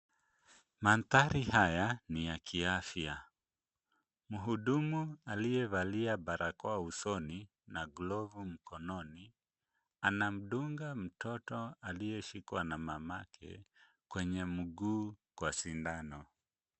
Mandhari haya ni ya kiafya. Mhudumu aliyevalia barakoa usoni na glovu mkononi, anamdunga mtoto aliyeshikwa na mamake, kwenye mguu na sindano.